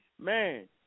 Man